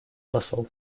посол